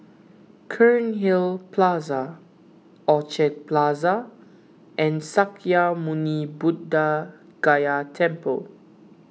Cairnhill Plaza Orchard Plaza and Sakya Muni Buddha Gaya Temple